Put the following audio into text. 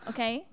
Okay